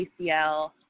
ACL